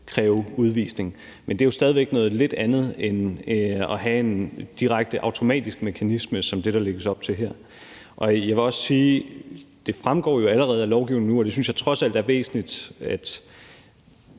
kræve udvisning. Men det er jo stadig væk noget lidt andet end at have en direkte automatisk mekanisme, som er det, der lægges op til her. Jeg vil også sige, at det jo allerede fremgår af lovgivningen nu, og det synes jeg trods alt er væsentligt, at